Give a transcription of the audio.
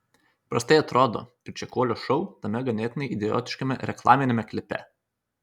prastai atrodo ir čekuolio šou tame ganėtinai idiotiškame reklaminiame klipe